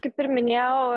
kaip ir minėjau